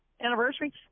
anniversary